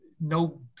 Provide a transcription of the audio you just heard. no